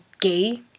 gay